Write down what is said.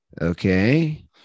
Okay